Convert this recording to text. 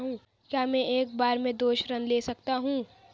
क्या मैं एक बार में दो ऋण ले सकता हूँ?